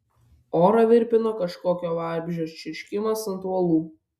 orą virpino kažkokio vabzdžio čirškimas ant uolų